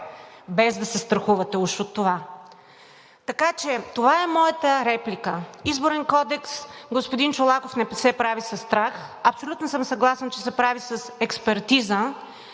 без да се страхувате уж от това. Така че това е моята реплика. Изборен кодекс, господин Чолаков, не се прави със страх. Абсолютно съм съгласна, че се прави с експертиза.